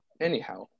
Anyhow